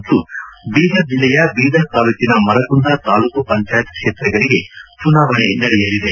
ಮತ್ತು ಬೀದರ್ ಜಿಲ್ಲೆಯ ಬೀದರ್ ತಾಲೂಕಿನ ಮರಕುಂದ ತಾಲೂಕು ಪಂಚಾಯತ್ ಕ್ಷೇತ್ರಗಳಿಗೆ ಚುನಾವಣೆ ನಡೆಯಲಿದೆ